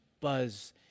buzz